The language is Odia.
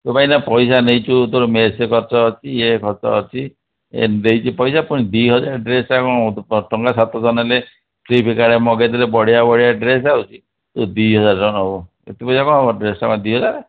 ତୁ ପା ଏଇନା ପଇସା ନେଇଛୁ ତୋର ମେସ୍ ଖର୍ଚ୍ଚ ଅଛି ଇଏ ଖର୍ଚ୍ଚ ଅଛି ଏ ଦେଇଛି ପଇସା ପୁଣି ଦୁଇ ହଜାର ଡ୍ରେସ୍ଟା କ'ଣ ଟଙ୍କା ସାତ ଶହ ନେଲେ ଫ୍ଲିପକାର୍ଟ୍ରେ ମଗେଇଦେଲେ ବଢ଼ିଆ ବଢ଼ିଆ ଡ୍ରେସ୍ ଆଉଛି ତୁ ଦୁଇ ହଜାର ଟଙ୍କା ନେବୁ ଏତେ ପଇସା କ'ଣ ହେବ ଡ୍ରେସ୍ଟା କ'ଣ ଟଙ୍କା ଦୁଇ ହଜାର